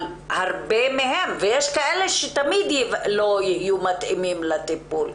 יהיו גם כאלה שתמיד לא יתאימו לטיפול.